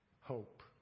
Hope